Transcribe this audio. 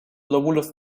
lóbulos